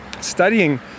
studying